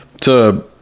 to-